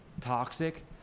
toxic